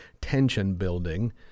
tension-building